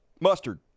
Mustard